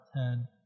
ten